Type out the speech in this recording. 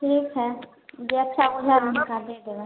ठीक हइ जे अच्छा बुझाए हुनका दऽ देबै